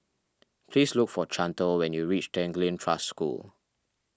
please look for Chantal when you reach Tanglin Trust School